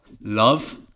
Love